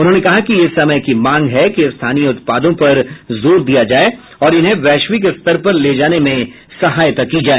उन्होंने कहा कि यह समय की मांग है कि स्थानीय उत्पादों पर जोर दिया जाए और इन्हें वैश्विक स्तर पर ले जाने में सहायता की जाए